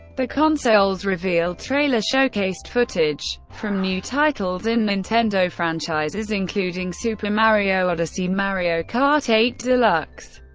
the console's reveal trailer showcased footage from new titles in nintendo franchises, including super mario odyssey, mario kart eight deluxe,